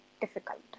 difficult